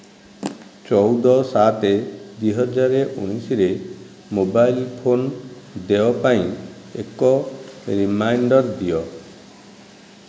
ଚଉଦ ସାତ ଦୁଇ ହଜାର ଉଣେଇଶରେ ମୋବାଇଲ ଫୋନ୍ ଦେୟ ପାଇଁ ଏକ ରିମାଇଣ୍ଡର୍ ଦିଅ